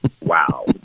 wow